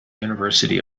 university